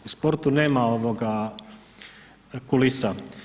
U sportu nema kulisa.